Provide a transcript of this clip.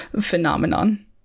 phenomenon